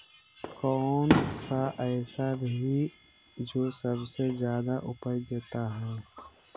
कौन सा ऐसा भी जो सबसे ज्यादा उपज देता है?